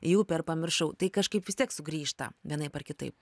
į upę ir pamiršau tai kažkaip vis tiek sugrįžta vienaip ar kitaip